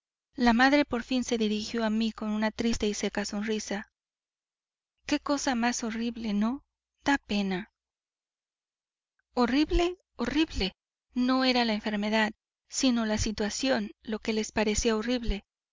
la madre por fin se dirigió a mí con una triste y seca sonrisa qué cosa más horrible no da pena horrible horrible no era la enfermedad sino la situación lo que les parecía horrible